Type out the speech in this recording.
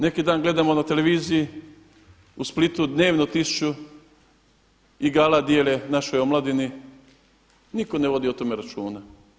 Neki dan gledamo na televiziji u Splitu dnevno tisuću igala dijele našoj omladini, niko ne vodi o tome računa.